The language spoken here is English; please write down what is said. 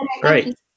Great